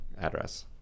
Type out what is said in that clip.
address